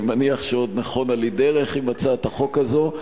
אני מניח שעוד נכונה לי דרך עם הצעת החוק הזאת,